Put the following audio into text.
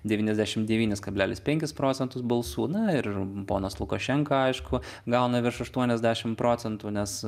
devyniasdešimt devynis kablelis penkis procentus balsų na ir ponas lukašenka aišku gauna virš aštuoniasdešimt procentų nes